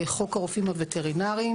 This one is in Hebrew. חוק הרופאים הווטרינריים.